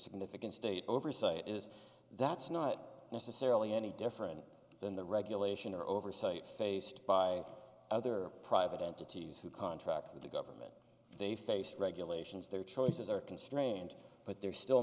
significant state oversight is that's not necessarily any different than the regulation or oversight faced by other private entities who contract with the government they face regulations their choices are constrained but they're still